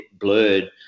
blurred